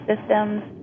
systems